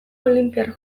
olinpiar